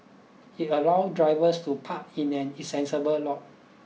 it allow drivers to park in an insensible lot